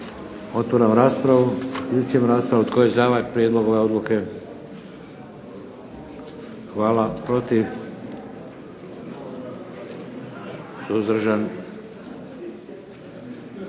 Otvaram raspravu. Zaključujem raspravu. Tko je za ovaj prijedlog odluke? Protiv? Suzdržan?